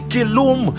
Kilum